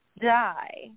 die